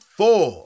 four